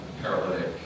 paralytic